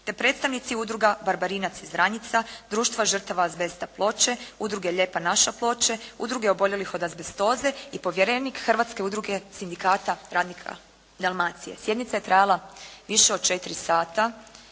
te predstavnici udruga "Barbarinac" iz Vranjica, Društva žrtava azbesta "Ploče", Udruge "Lijepa naša" Ploče, Udruge oboljelih od azbestoze i povjerenik Hrvatske udruge sindikata radnika Dalmacije. Sjednica je trajala više od četiri sata